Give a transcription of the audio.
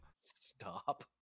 stop